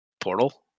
portal